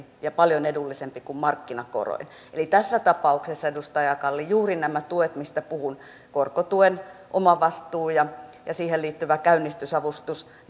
ja paljon edullisempi kuin markkinakoroin eli tässä tapauksessa edustaja kalli juuri nämä tuet mistä puhuin korkotuen omavastuu ja ja siihen liittyvä käynnistysavustus